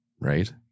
Right